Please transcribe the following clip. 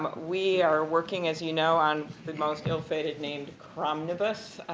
we are working, as you know, on the most ill fated named, cromnibus,